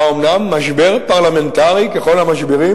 האומנם משבר פרלמנטרי ככל המשברים?